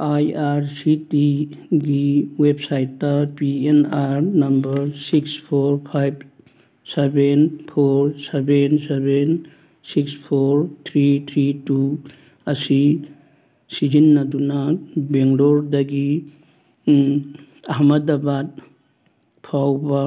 ꯑꯥꯏ R C ꯇꯤꯒꯤ ꯋꯦꯞꯁꯥꯏꯠꯇ P N R number six four five seven four seven seven six four three three two ꯑꯁꯤ ꯁꯤꯖꯤꯟꯅꯗꯨꯅ ꯕꯦꯡꯒ꯭ꯂꯣꯔꯗꯒꯤ ꯑꯍꯃꯗꯕꯥꯠ ꯐꯥꯎꯕ